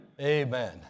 Amen